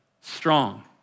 strong